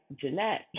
Jeanette